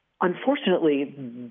Unfortunately